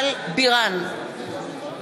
אינה נוכחת מירב בן ארי,